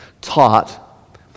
Taught